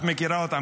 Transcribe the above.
אני מכירה אותם.